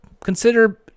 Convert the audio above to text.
consider